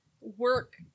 work